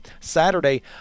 Saturday